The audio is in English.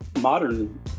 modern